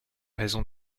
raison